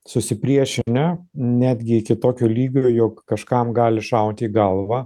susipriešinę netgi iki tokio lygio jog kažkam gali šauti į galvą